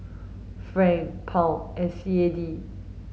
Franc Pound and C A D